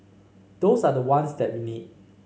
those are the ones that we need